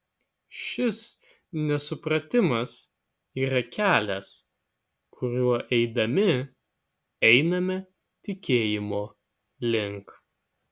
šis nesupratimas yra kelias kuriuo eidami einame tikėjimo link